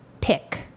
pick